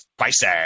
spicy